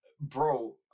bro